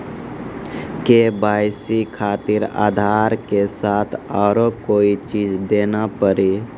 KYC खातिर आधार के साथ औरों कोई चीज देना पड़ी?